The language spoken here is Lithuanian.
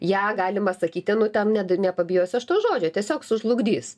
ją galima sakyti nu ten net nepabijosiu aš to žodžio tiesiog sužlugdys